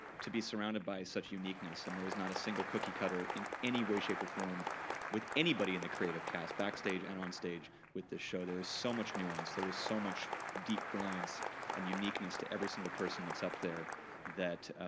to be surrounded by such uniqueness and there is not a single cookie cutter in any way, shape, or form with anybody in the creative cast, backstage and on stage, with the show. there is so much nuance. there was so much deep brilliance and uniqueness to every single person that's up there that,